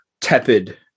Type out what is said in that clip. tepid